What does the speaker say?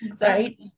right